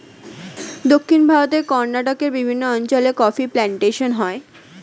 দক্ষিণ ভারতে কর্ণাটকের বিভিন্ন অঞ্চলে কফি প্লান্টেশন হয়